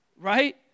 Right